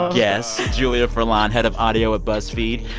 guests julia furlan, head of audio at buzzfeed,